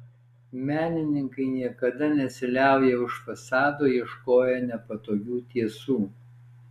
menininkai niekada nesiliauja už fasado ieškoję nepatogių tiesų